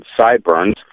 sideburns